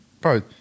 bro